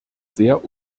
sehr